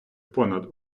понад